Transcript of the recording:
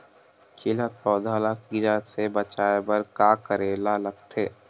खिलत पौधा ल कीरा से बचाय बर का करेला लगथे?